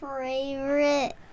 favorite